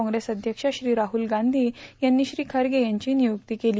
काँग्रेस अध्यक्ष श्री राहुल गांधी यांनी श्री खर्गे यांची नियुक्ती केली